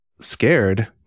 scared